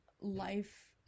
life